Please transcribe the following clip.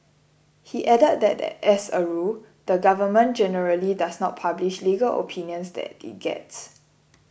he added that as a rule the Government generally does not publish legal opinions that it gets